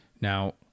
Now